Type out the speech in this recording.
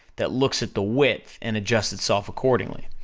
that looks at the width and adjusts itself accordingly.